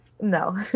No